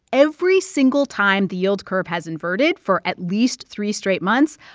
every single time the yield curve has inverted for at least three straight months,